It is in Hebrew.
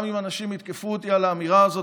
גם אם אנשים יתקפו אותי על האמירה הזאת,